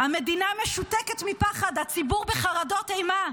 המדינה משותקת מפחד, הציבור בחרדות אימה,